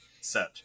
set